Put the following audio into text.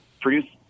produce